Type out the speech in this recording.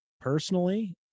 personally